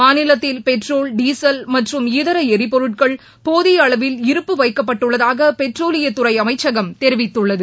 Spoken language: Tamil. மாநிலத்தில் பெட்ரோல் டீசல் மற்றும் இதர எரிபொருட்கள் போதிய அளவில் இருப்பு வைக்கப்பட்டுள்ளதாக டெட்ரோலியத்துறை அமைச்சகம் தெரிவித்துள்ளது